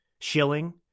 shilling